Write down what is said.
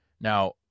Now